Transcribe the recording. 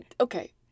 Okay